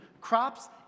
crops